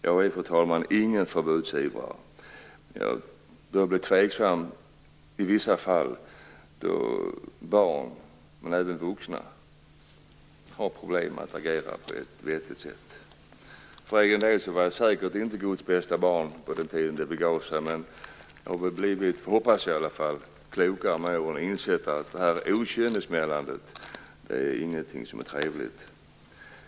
Jag är ingen förbudsivrare, fru talman, men jag börjar bli tveksam då barn, men även vuxna, i vissa fall har problem att agera på ett vettigt sätt. För egen del var jag säkert inte Guds bästa barn på den tiden det begav sig, men jag har förhoppningsvis blivit klokare med åren och insett att detta okynnessmällande inte är trevligt.